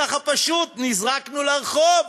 ככה פשוט נזרקנו לרחוב,